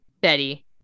Betty